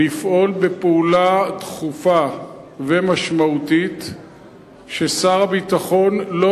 לפעול פעולה דחופה ומשמעותית כדי ששר הביטחון לא